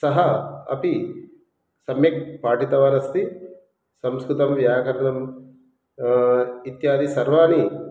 सः अपि सम्यक् पाठितवान् अस्ति संस्कृतं व्याकरणं इत्यादिसर्वान्